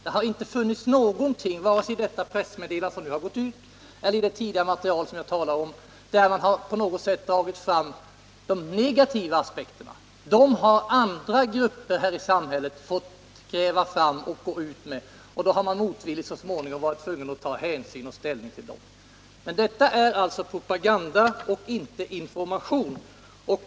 Man har inte på något sätt, vare sig i det pressmeddelande som nu har getts ut eller i det tidigare material som jag talar om, dragit fram de negativa aspekterna. Dem har andra grupper i samhället fått gräva fram och föra ut, och sedan har man så småningom motvilligt varit tvungen att ta hänsyn till dem. Detta är alltså propaganda och inte information.